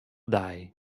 dei